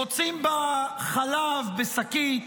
מוצאים בה חלב בשקית,